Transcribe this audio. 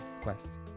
quest